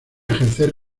ejercer